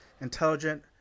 intelligent